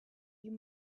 you